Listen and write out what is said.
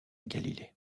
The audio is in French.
galilée